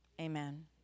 Amen